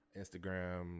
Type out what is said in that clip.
Instagram